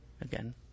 again